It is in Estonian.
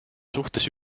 suhtes